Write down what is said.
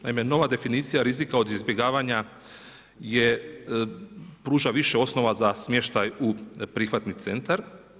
Naime, nova definicija rizika od izbjegavanja pruža više osnova za smještaj u prihvatni centar.